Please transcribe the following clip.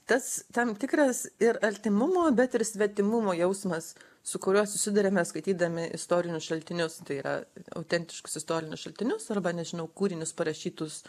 tas tam tikras ir artimumo bet ir svetimumo jausmas su kuriuo susiduriame skaitydami istorinius šaltinius tai yra autentiškus istorinius šaltinius arba nežinau kūrinius parašytus